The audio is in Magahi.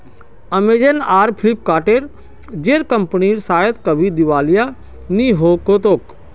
अमेजन आर फ्लिपकार्ट जेर कंपनीर शायद कभी दिवालिया नि हो तोक